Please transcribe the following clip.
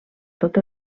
tot